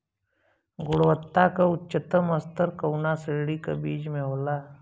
गुणवत्ता क उच्चतम स्तर कउना श्रेणी क बीज मे होला?